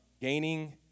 Gaining